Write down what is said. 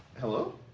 hello?